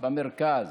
במרכז,